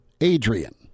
Adrian